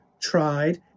tried